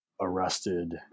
arrested